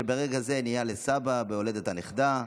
שברגע זה נהיה לסבא בהולדת הנכדה.